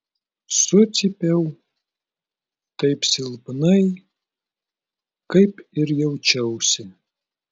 sucypiau taip silpnai kaip ir jaučiausi